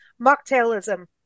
mocktailism